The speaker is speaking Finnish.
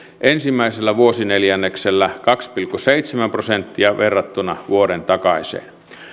ensimmäisellä vuosineljänneksellä kaksi pilkku seitsemän prosenttia verrattuna vuoden takaiseen